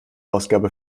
ausgabe